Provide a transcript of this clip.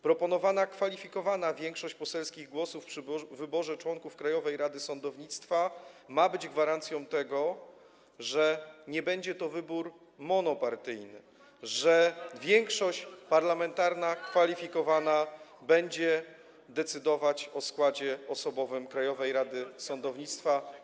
Proponowana kwalifikowana większość poselskich głosów przy wyborze członków Krajowej Rady Sądownictwa ma być gwarancją tego, że nie będzie to wybór monopartyjny, że większość parlamentarna kwalifikowana będzie decydować o składzie osobowym Krajowej Rady Sądownictwa.